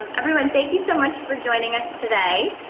um everyone, thank you so much for joining us today.